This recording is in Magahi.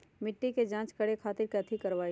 मिट्टी के जाँच करे खातिर कैथी करवाई?